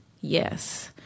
Yes